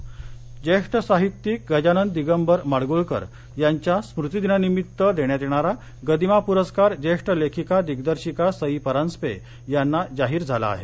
गदिमा ज्येष्ठ साहित्यिक गजानन दिगंबर माडगूळकर यांच्या स्मृतिनिमित्त देण्यात येणारा गदिमा पुरस्कार ज्येष्ठ लेखिका दिग्दर्शिका सई परांजपे यांना जाहीर झाला आहे